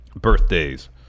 birthdays